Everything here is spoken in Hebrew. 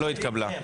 לא התקבלה.